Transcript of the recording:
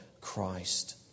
Christ